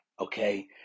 Okay